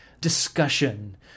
discussion